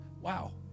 wow